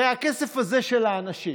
הרי הכסף הזה של האנשים